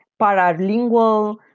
paralingual